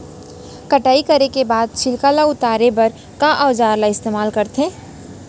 कटाई करे के बाद छिलका ल उतारे बर का औजार ल इस्तेमाल करथे?